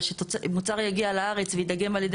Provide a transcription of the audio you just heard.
אבל שמוצר יגיע לארץ ויידגם על ידי